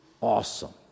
awesome